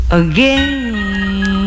again